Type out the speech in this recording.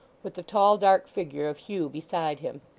with the tall dark figure of hugh beside him.